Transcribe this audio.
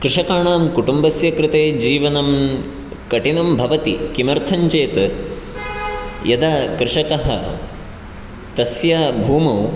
कृषकाणां कुटुम्बस्य कृते जीवनं कठिनं भवति किमर्थं चेत् यदा कृषकः तस्य भूमौ